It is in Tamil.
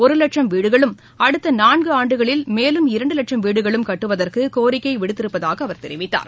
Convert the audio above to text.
ஒரு வட்சம் வீடுகளும் அடுத்த நான்கு ஆண்டுகளில் மேலும் இரண்டு லட்சம் வீடுகளும் கட்டுவதற்கு கோரிக்கை விடுத்திருப்பதாக அவர் தெரிவித்தார்